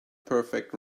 perfect